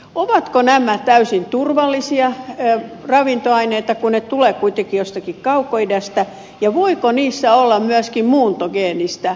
ovatko nämä täysin turvallisia ravintoaineita kun ne tulevat kuitenkin jostakin kaukoidästä ja voiko niissä olla myöskin muuntogeenistä kasvia mukana